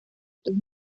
otros